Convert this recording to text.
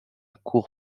cour